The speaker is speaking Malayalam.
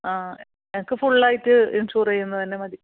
ആ എനിക്ക് ഫുള്ളായിട്ട് ഇൻഷുർ ചെയ്യുന്നത് തന്നെ മതി